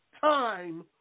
time